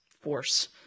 force